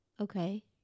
Okay